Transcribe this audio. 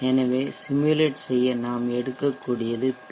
எனவே சிமுலேட் செய்ய நாம் எடுக்கக்கூடியது பி